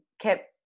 kept